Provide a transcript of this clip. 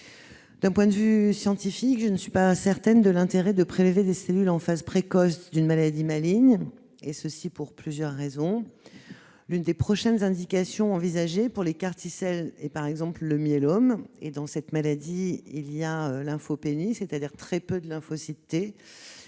D'un point de vue scientifique, je ne suis pas certaine de l'intérêt de prélever des cellules en phase précoce d'une maladie maligne, et ce pour plusieurs raisons. L'une des prochaines indications envisagées pour les est, par exemple, le myélome. Or, dans cette maladie, il y a lymphopénie, c'est-à-dire un très faible nombre de lymphocytes T.